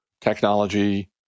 technology